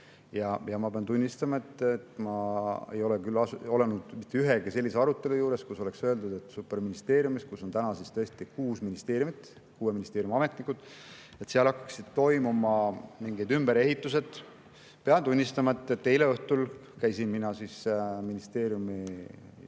Ma pean tunnistama, et ma ei ole küll mitte ühegi sellise arutelu juures olnud, kus oleks öeldud, et superministeeriumis, kus on täna kuus ministeeriumit, kuue ministeeriumi ametnikud, hakkaksid toimuma mingid ümberehitused. Pean tunnistama, et eile õhtul ma käisin ministeeriumi